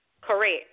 Correct